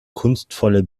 kunstvolle